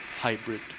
hybrid